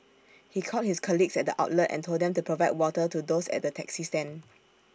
he called his colleagues at the outlet and told them to provide water to those at the taxi stand